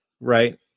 Right